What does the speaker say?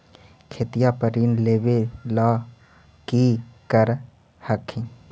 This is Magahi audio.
खेतिया पर ऋण लेबे ला की कर हखिन?